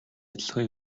адилхан